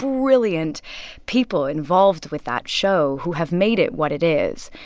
brilliant people involved with that show who have made it what it is.